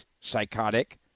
psychotic